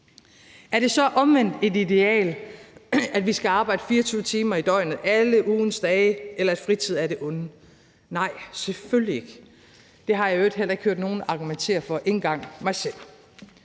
Er det så omvendt et ideal, at vi skal arbejde 24 timer i døgnet alle ugens dage, eller at fritid er det onde? Nej, selvfølgelig ikke. Det har jeg i øvrigt heller ikke hørt nogen argumentere for, ikke engang mig selv.